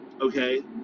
okay